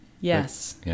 Yes